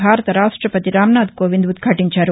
భారత రాష్టపతి రామ్నాథ్ కోవింద్ ఉద్యాటించారు